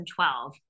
2012